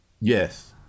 Yes